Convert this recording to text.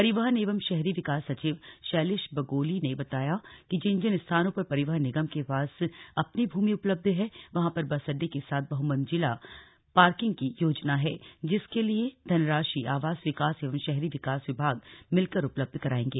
परिवहन एवं शहरी विकास सचिव शैलेश बगोली ने बताया कि जिन जिन स्थानों पर परिवहन निगम के पास अपनी भूमि उपलब्ध है वहां पर बस अड्डे के साथ बहुमंजिला पार्किंग की योजना है जिस के लिए धनराशि आवास विभाग एवं शहरी विकास विभाग मिलकर उपलब्ध करायेंगे